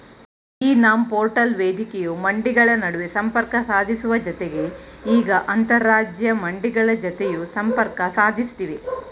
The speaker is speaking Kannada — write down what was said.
ಇ ನಾಮ್ ಪೋರ್ಟಲ್ ವೇದಿಕೆಯು ಮಂಡಿಗಳ ನಡುವೆ ಸಂಪರ್ಕ ಸಾಧಿಸುವ ಜತೆಗೆ ಈಗ ಅಂತರರಾಜ್ಯ ಮಂಡಿಗಳ ಜತೆಯೂ ಸಂಪರ್ಕ ಸಾಧಿಸ್ತಿವೆ